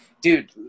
dude